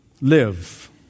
live